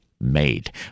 made